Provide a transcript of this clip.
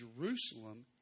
Jerusalem